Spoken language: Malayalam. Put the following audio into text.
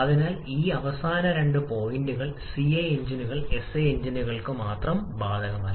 അതിനാൽ ഈ അവസാന രണ്ട് പോയിന്റുകൾ സിഐ എഞ്ചിനുകൾക്ക് എസ്ഐ എഞ്ചിനുകൾക്ക് മാത്രം ബാധകമല്ല